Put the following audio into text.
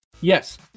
Yes